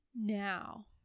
now